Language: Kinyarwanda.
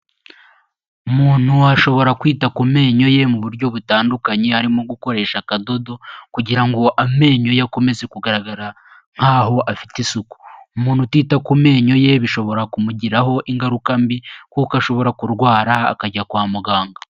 Umuntu washobora kwita ku menyo ye mu buryo butandukanye arimo gukoresha akadodo kugira ngo amenyo ye akomeze kugaragara nk'aho afite isuku, umuntu utita ku menyo ye bishobora kumugiraho ingaruka mbi kuko ashobora kurwara akajya kwa muganga.